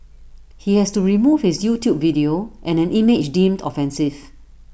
he has to remove his YouTube video and an image deemed offensive